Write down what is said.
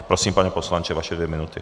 Prosím, pane poslanče, vaše dvě minuty.